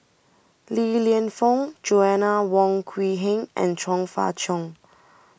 Li Lienfung Joanna Wong Quee Heng and Chong Fah Cheong